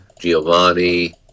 Giovanni